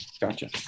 Gotcha